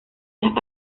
las